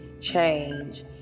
change